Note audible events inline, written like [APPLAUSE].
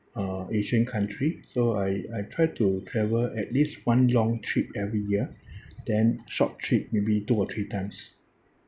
uh asian country so I I try to travel at least one long trip every year [BREATH] then short trip maybe two or three times